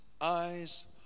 eyes